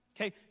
okay